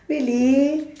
really